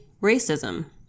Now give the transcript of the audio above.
racism